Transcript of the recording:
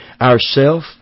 Ourself